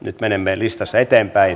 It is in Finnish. nyt menemme listassa eteenpäin